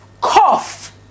cough